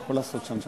יכול לעשות שם סדר?